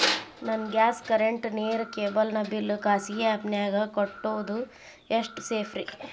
ನನ್ನ gas current, ನೇರು, cable ನ ಬಿಲ್ ಖಾಸಗಿ ಆ್ಯಪ್ ನ್ಯಾಗ್ ಕಟ್ಟೋದು ಎಷ್ಟು ಸೇಫ್ರಿ?